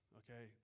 okay